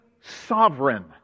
sovereign